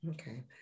Okay